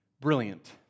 brilliant